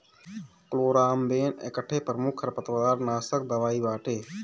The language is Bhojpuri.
क्लोराम्बेन एकठे प्रमुख खरपतवारनाशक दवाई बाटे